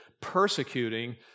persecuting